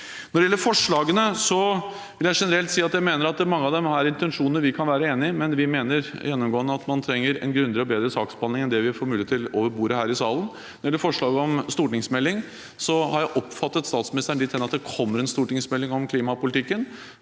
Når det gjelder forslagene, vil jeg generelt si at mange av dem har intensjoner vi kanvære enige om, menvi mener gjennomgående at man trenger en grundigere og bedre saksbehandling enn det vi får mulighet til over bordet her i salen. Når det gjelder forslaget om stortingsmelding, har jeg oppfattet statsministeren dit hen at det kommer en stortingsmelding om klimapolitikken,